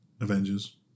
avengers